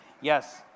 yes